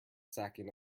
sacking